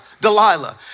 Delilah